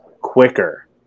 quicker